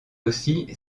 aussi